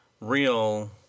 real